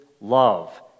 love